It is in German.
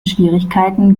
schwierigkeiten